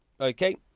Okay